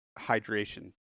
hydration